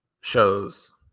shows